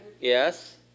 Yes